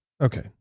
Okay